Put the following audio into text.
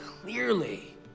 clearly